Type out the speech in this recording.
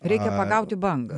reikia pagauti bangą